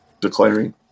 declaring